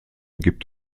gibt